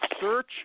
search